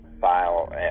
file